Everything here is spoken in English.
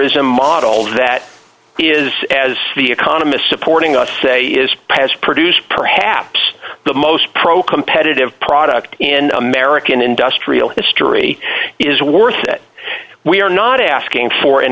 m models that is as the economist supporting us say is pass produce perhaps the most pro competitive product in american industrial history is worth it we are not asking for an